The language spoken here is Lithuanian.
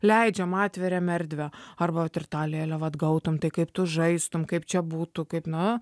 leidžiam atveriam erdvę arba vat ir tą lėlę vat gautum tai kaip tu žaistum kaip čia būtų kaip na